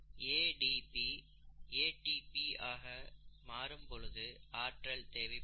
ADP ATP ஆக மாறும் பொழுது ஆற்றல் தேவைப்படும்